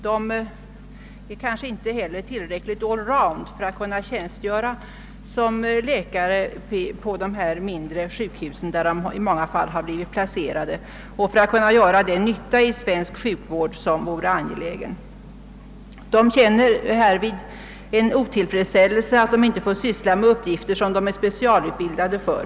De kanske inte heller är tillräckligt allround för att kunna tjänstgöra som läkare på de mindre sjukhus, där de blivit placerade, och för att kunna göra den nytta i svensk sjukvård som det är angeläget att de gör. De känner då otillfredsställelse över att inte få syssla med uppgifter som de är specialutbildade för.